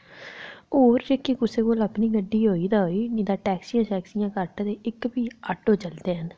होर जेह्के कुसै कोल अपनी गड्डी होई तां होई नेईं तां टैक्सियां घट्ट न ते ऑटो चलदे न